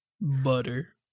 butter